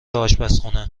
اشپزخونه